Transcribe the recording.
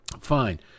fine